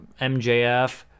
MJF